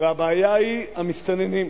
והבעיה היא המסתננים.